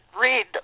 read